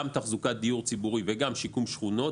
תחזוקת דיור ציבורי וגם שיקום שכונות.